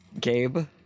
Gabe